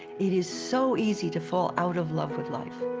it is so easy to fall out of love with life,